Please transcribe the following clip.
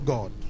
God